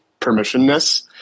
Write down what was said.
permissionness